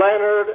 Leonard